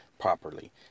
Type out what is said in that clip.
properly